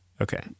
Okay